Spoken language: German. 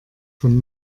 von